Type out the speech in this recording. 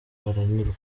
baranyurwa